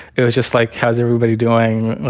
it was just like, how's everybody doing?